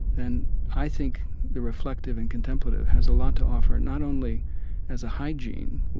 then i think the reflective and contemplative has a lot to offer, not only as a hygiene